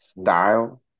style